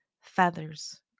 feathers